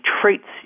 traits